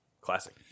Classic